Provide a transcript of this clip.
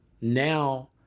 now